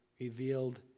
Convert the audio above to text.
revealed